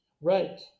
Right